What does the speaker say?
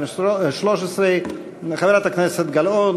התשע"ג 2013. חברת הכנסת גלאון,